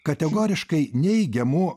kategoriškai neigiamų